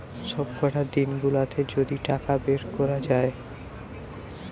সবকটা দিন গুলাতে যদি টাকা বের কোরা যায়